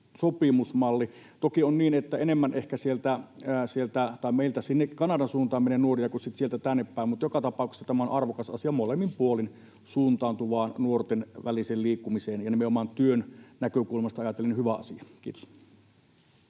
sopimusmalli. Toki on niin, että enemmän ehkä meiltä sinne Kanadan suuntaan menee nuoria kuin sitten sieltä tännepäin, mutta joka tapauksessa tämä on arvokas asia molemmin puolin suuntautuvaan nuorten väliseen liikkumiseen ja nimenomaan työn näkökulmasta ajatellen hyvä asia. — Kiitos.